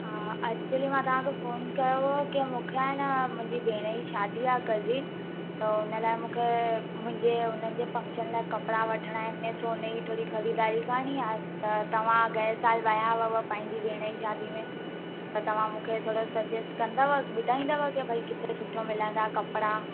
हा एक्चुअली मां तव्हांखे फोन कयो हुयो की मूंखे आहे न मुंहिंजी भेण जी शादी आहे कल्ह ई त हुन लाइ मूंखे मुंहिंजे हुन जे फ़ंक्शन लाइ कपिड़ा वठिणा आहिनि सोने जी थोरी ख़रीदारी करिणी आहे त तव्हां गए साल विया हुयव पंहिंजी भेण जी शादीअ में त तव्हां मूंखे थोरो सजेस कंदव ॿुधाईंदव की भाई किथे सुठा मिलंदा कपिड़ा